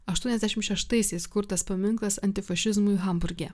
aštuoniasdešimt šeštaisiais kurtas paminklas antifašizmui hamburge